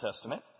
Testament